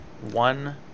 One